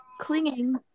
clinging